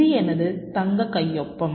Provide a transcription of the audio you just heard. இது எனது தங்க கையொப்பம்